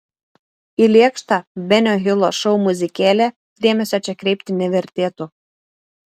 į lėkštą benio hilo šou muzikėlę dėmesio čia kreipti nevertėtų